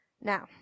Now